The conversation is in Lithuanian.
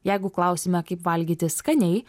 jeigu klausime kaip valgyti skaniai